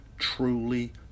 truly